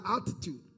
attitude